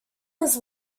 his